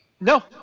No